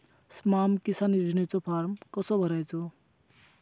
स्माम किसान योजनेचो फॉर्म कसो भरायचो?